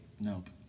Nope